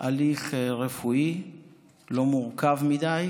הליך רפואי לא מורכב מדי.